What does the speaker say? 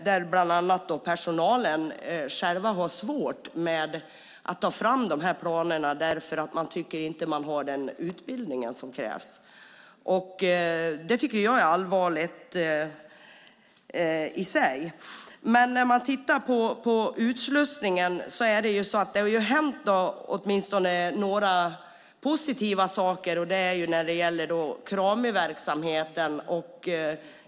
Där framkom bland annat att personalen själv har svårt att ta fram planerna eftersom de inte tycker att de har den utbildning som krävs. Det tycker jag är allvarligt i sig. Det har hänt åtminstone några positiva saker när det gäller utslussningen. Det handlar om Kramiverksamheten.